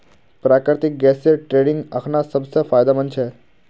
प्राकृतिक गैसेर ट्रेडिंग अखना सब स फायदेमंद छ